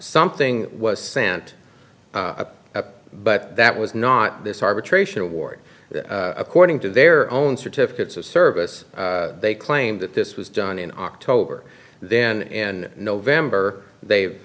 something was sent up but that was not this arbitration award according to their own certificates of service they claimed that this was done in october then in november they